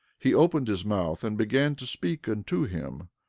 he opened his mouth and began to speak unto him,